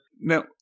now